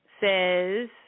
says